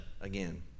again